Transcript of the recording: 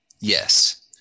Yes